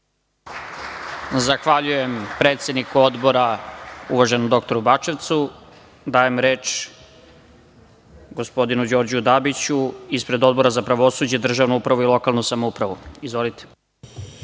Zahvaljujem, predsedniku Odbora, uvaženom dr Bačevcu. Dajem reč gospodinu Đorđu Dabiću, ispred Odbora za pravosuđe, državnu upravu i lokalnu samoupravu. Izvolite.